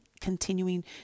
continuing